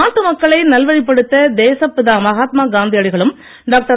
நாட்டு மக்களை நல்வழிப்படுத்த தேசப் பிதா மகாத்மா காந்தி அடிகளும் டாக்டர்